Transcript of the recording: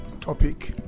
topic